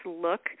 look